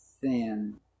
sin